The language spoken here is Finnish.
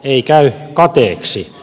ei käy kateeksi